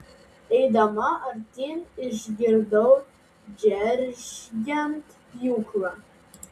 eidama artyn išgirdau džeržgiant pjūklą